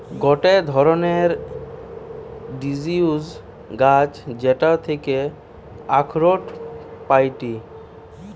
গটে ধরণের ডিসিডিউস গাছ যেটার থাকি আখরোট পাইটি